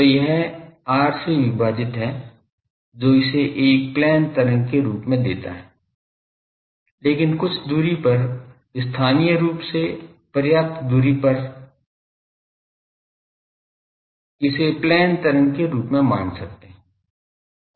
तो यह r से विभाजित है जो इसे एक प्लेन तरंग के रूप में देता है लेकिन कुछ दूरी पर स्थानीय रूप से पर्याप्त दूरी पर हम इसे प्लेन तरंग के रूप में मान सकते हैं